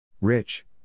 Rich